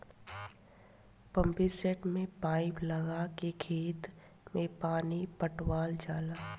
pumpset में pipe लगा के खेत में पानी पटावल जाला